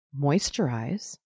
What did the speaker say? moisturize